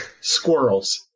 Squirrels